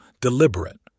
deliberate